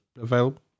available